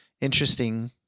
interesting